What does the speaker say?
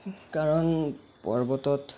কাৰণ পৰ্বতত